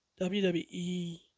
wwe